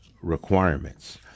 requirements